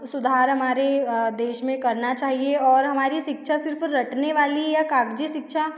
सुधार हमारे देश में करना चाहिए और हमारी शिक्षा सिर्फ़ रटने वाली या कागज़ी शिक्षा